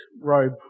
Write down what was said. robe